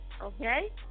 Okay